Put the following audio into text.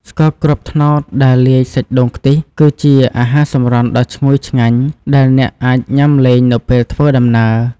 ស្ករគ្រាប់ត្នោតដែលលាយសាច់ដូងខ្ទិះ គឺជាអាហារសម្រន់ដ៏ឈ្ងុយឆ្ងាញ់ដែលអ្នកអាចញ៉ាំលេងនៅពេលធ្វើដំណើរ។